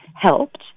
helped